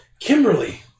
Kimberly